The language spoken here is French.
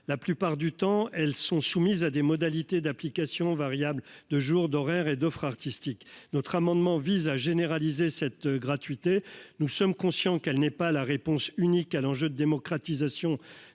la plupart du temps elles sont soumises à des modalités d'application variable 2 jours d'horaires et d'offres artistique notre amendement vise à généraliser cette gratuité, nous sommes conscients qu'elle n'est pas la réponse unique à l'enjeu de démocratisation